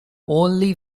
only